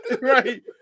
Right